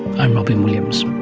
i'm robyn williams